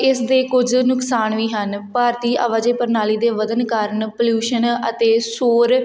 ਇਸ ਦੇ ਕੁਝ ਨੁਕਸਾਨ ਵੀ ਹਨ ਭਾਰਤੀ ਆਵਾਜਾਈ ਪ੍ਰਣਾਲੀ ਦੇ ਵਧਣ ਕਾਰਨ ਪੋਲਿਊਸ਼ਨ ਅਤੇ ਸ਼ੌਰ